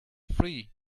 free